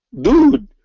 dude